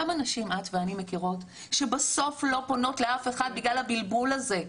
כמה נשים את ואני מכירות שבסוף לא פונות לאף אחד בגלל הבלבול הזה?